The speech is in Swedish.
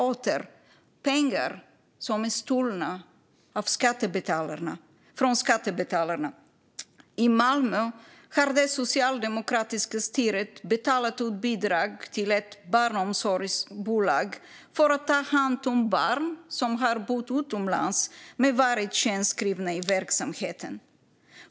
Dessa pengar är stulna från skattebetalarna. I Malmö har det socialdemokratiska styret betalat ut bidrag till ett barnomsorgsbolag för att det ska ta hand om barn som har bott utomlands men har varit skenskrivna i verksamheten.